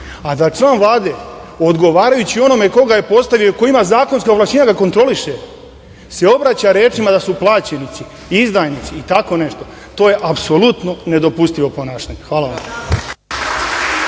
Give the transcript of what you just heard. a da član Vlade, odgovarajući onome koga je postavio i koji ima zakonska ovlašćenja da kontroliše, se obraća rečima da su plaćenici i izdajnici i tako nešto, to je apsolutno nedopustivo ponašanje. Hvala vam.